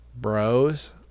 bros